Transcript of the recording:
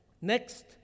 next